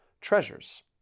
treasures